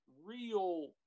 real